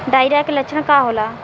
Diarrhoea के लक्षण का होला?